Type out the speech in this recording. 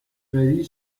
varie